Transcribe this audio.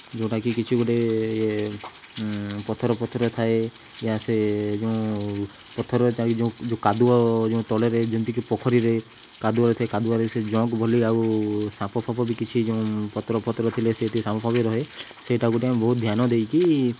ଯେଉଁଟାକି କିଛି ଗୋଟେ ଇଏ ପଥର ପଥର ଥାଏ ୟା ସେ ଯୋଉଁ ପଥର ଯେଉଁ ଯେଉଁ କାଦୁଅ ଯେଉଁ ତଳରେ ଯେମିତିକି ପୋଖରୀରେ କାଦୁଅରେ ଥାଏ କାଦୁଆରେ ସେ ଜଁଙ୍କ ଭଲି ଆଉ ସାପ ଫାପ ବି କିଛି ଯୋଉଁ ପଥର ଫତର ଥିଲେ ସେଇଠି ସାପ ଫାପ ବି ରୁହେ ସେଇଟାକୁ ଟିକିଏ ଆମେ ବହୁତ ଧ୍ୟାନ ଦେଇକି